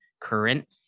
current